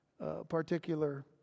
particular